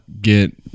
get